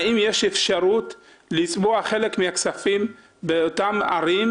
האם יש אפשרות לצבוע חלק מהכספים באותן הערים,